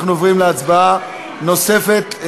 אנחנו עוברים להצבעה נוספת,